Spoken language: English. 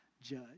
judge